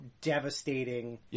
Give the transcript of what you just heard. devastating